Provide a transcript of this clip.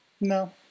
No